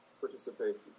participation